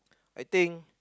I think